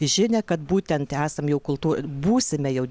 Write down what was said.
žinią kad būtent esam jau kultū būsime jau